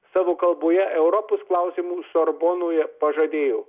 savo kalboje europos klausimu sorbonoje pažadėjo